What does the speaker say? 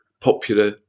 popular